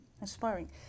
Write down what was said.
Inspiring